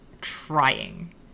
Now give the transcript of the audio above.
trying